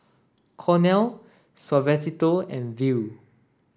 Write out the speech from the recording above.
Cornell Suavecito and Viu